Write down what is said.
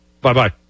Bye-bye